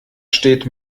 steht